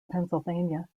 pennsylvania